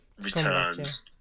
returns